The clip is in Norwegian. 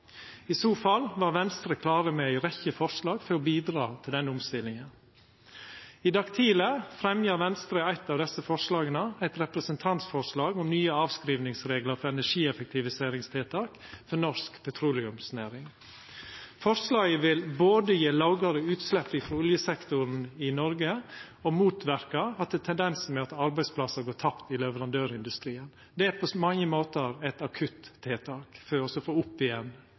I så fall var Venstre klar med ei rekkje forslag for å bidraga til denne omstillinga. I dag tidleg fremja Venstre eitt av desse forslaga – eit representantforslag om nye avskrivingsreglar for energieffektiviseringstiltak for norsk petroleumsnæring. Forslaget vil både gje lågare utslepp frå oljesektoren i Noreg og motverka tendensen med at arbeidsplassar går tapte i leverandørindustrien. Det er på mange måtar eit akutt tiltak for å få opp igjen